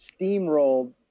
steamrolled